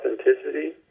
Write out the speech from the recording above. authenticity